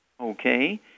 Okay